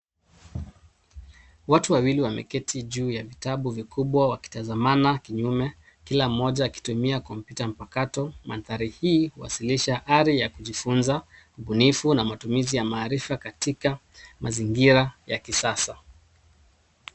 Watu wawili wameketi juu ya vitabu vikubwa wakitazama kinyume kila mmoja akitumia kompyuta mpakato. Mandhari hii huwasilisha ari ya kujifunza, ubunifu na matumizi ya maarifa katika mazingira ya kisasa.